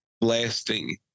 blasting